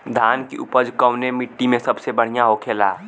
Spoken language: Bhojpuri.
धान की उपज कवने मिट्टी में सबसे बढ़ियां होखेला?